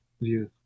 view